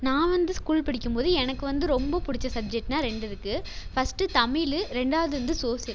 நான் வந்து ஸ்கூல் படிக்கும் போது எனக்கு வந்து ரொம்பப் பிடிச்ச சப்ஜெக்ட்னா இரண்டு இருக்குது ஃபர்ஸ்ட்டு தமிழ் இரண்டாவது வந்து சோசியல்